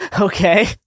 okay